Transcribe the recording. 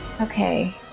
Okay